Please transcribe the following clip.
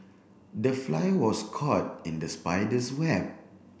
the fly was caught in the spider's web